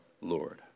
Lord